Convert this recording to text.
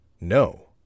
No